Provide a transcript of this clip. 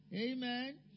Amen